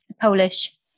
Polish